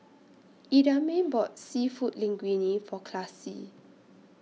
Idamae bought Seafood Linguine For Classie